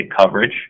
coverage